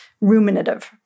ruminative